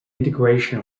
integration